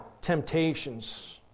temptations